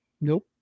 nope